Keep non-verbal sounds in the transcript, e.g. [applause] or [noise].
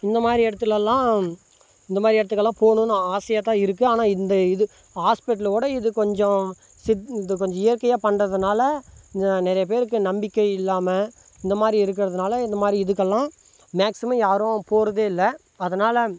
இந்த மாதிரி இடத்துலலாம் இந்த மாதிரி இடத்துக்குலாம் போகணும்ன்னு ஆசையாக தான் இருக்கு ஆனால் இந்த இது ஹாஸ்ப்பிட்டலை விட இது கொஞ்சம் [unintelligible] இது கொஞ்சம் இயற்கையாக பண்ணுறதுனால இங்கே நிறையா பேருக்கு நம்பிக்கை இல்லாமல் இந்த மாதிரி இருக்கிறதுனால இந்த மாதிரி இதுக்கெல்லாம் மேக்சிமம் யாரும் போகிறதே இல்லை அதனால்